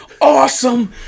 Awesome